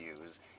use